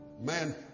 man